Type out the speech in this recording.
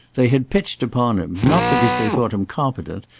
they had pitched upon him, not because they thought him competent,